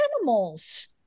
Animals